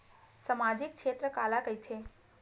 सामजिक क्षेत्र काला कइथे?